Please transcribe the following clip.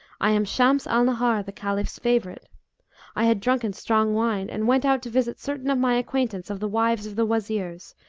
i am shams al-nahar, the caliph's favourite i had drunken strong wine and went out to visit certain of my acquaintance of the wives of the wazirs,